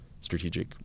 strategic